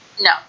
No